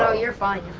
ah you're fine,